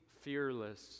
fearless